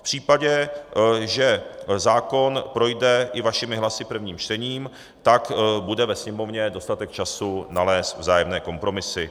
V případě, že zákon projde i vašimi hlasy prvním čtením, tak bude ve Sněmovně dostatek času nalézt vzájemné kompromisy.